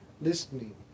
listening